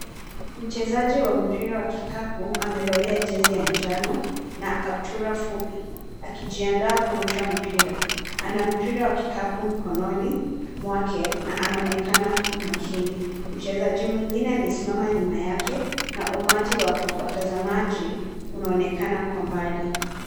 Mchezaji wa mpira wa kikapu amevalia jezi ya njano na kaptura fupi akijiandaa kurusha mpira. Ana mpira wa kikapu mkononi mwake na anaonekana umakini. Mchezaji mwingine amesimama nyuma yake na umati wa watazamaji unaonekana kwa mbali.